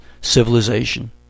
civilization